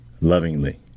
Lovingly